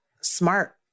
smart